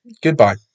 Goodbye